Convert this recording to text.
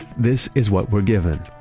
this is what we're given,